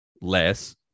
less